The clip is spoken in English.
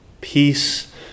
Peace